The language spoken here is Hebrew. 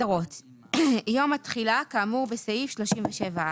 הגדרות 36א בפרק זה "יום התחילה" כאמור בסעיף 37(א).